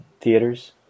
theaters